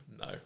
No